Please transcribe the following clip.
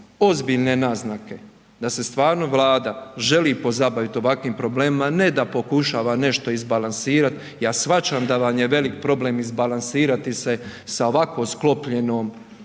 ozbiljne naznake da se stvarno Vlada želi pozabaviti ovakvim problemima, ne da pokušava nešto izbalansirati, ja shvaćam da vam je veliki problem izbalansirati se sa ovako sklopljenom